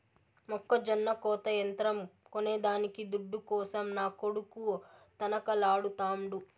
మొక్కజొన్న కోత యంత్రం కొనేదానికి దుడ్డు కోసం నా కొడుకు తనకలాడుతాండు